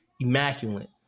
immaculate